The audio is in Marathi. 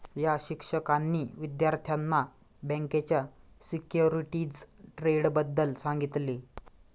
या शिक्षकांनी विद्यार्थ्यांना बँकेच्या सिक्युरिटीज ट्रेडबद्दल सांगितले